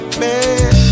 man